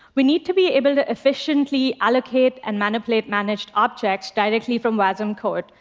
we need to be able to efficiently allocate and manipulate managed objects directly from wasm code.